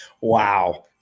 Wow